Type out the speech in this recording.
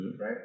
Right